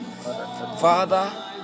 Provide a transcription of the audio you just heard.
Father